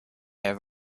have